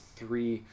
three